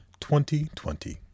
2020